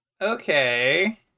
Okay